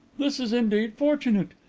this is indeed fortunate.